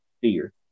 fear